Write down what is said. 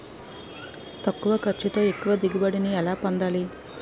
తక్కువ ఖర్చుతో ఎక్కువ దిగుబడి ని ఎలా పొందాలీ?